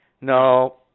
No